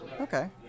Okay